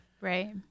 right